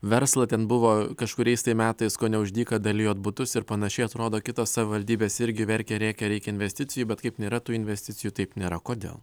verslą ten buvo kažkuriais metais kone už dyką dalijot butus ir panašiai atrodo kitos savivaldybės irgi verkė rėkė reikia investicijų bet kaip nėra tų investicijų taip nėra kodėl